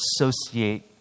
associate